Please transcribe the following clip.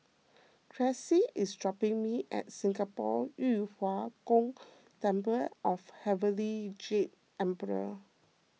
Cressie is dropping me at Singapore Yu Huang Gong Temple of Heavenly Jade Emperor